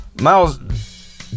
Miles